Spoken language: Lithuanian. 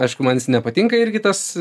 aišku jis man nepatinka irgi tas